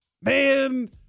Man